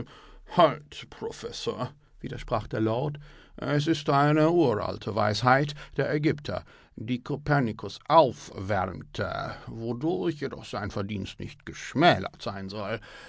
professor widersprach der lord es ist eine uralte weisheit der ägypter die kopernikus aufwärmte wodurch jedoch sein verdienst nicht geschmälert sein soll